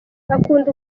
akunda